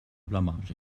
blamage